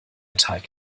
teig